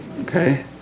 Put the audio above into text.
okay